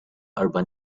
urban